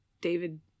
David